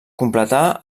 completà